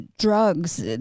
drugs